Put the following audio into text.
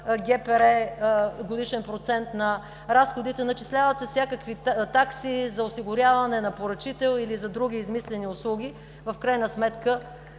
ГПР – годишен процент на разходите. Начисляват се всякакви такси – за осигуряване на поръчител или за други измислени услуги. В крайна сметка